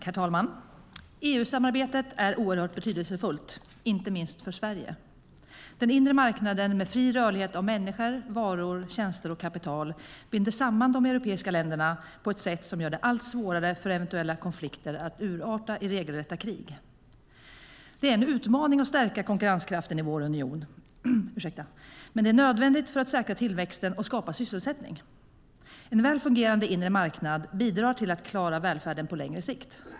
Herr talman! EU-samarbetet är oerhört betydelsefullt, inte minst för Sverige. Den inre marknaden med fri rörlighet av människor, varor, tjänster och kapital binder samman de europeiska länderna på ett sätt som gör det allt svårare för eventuella konflikter att urarta i regelrätta krig. Det är en utmaning att stärka konkurrenskraften i vår union, men det är nödvändigt för att säkra tillväxten och skapa sysselsättning. En väl fungerande inre marknad bidrar till att klara välfärden på längre sikt.